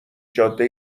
جاده